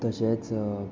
तशेंच